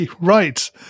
Right